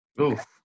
Oof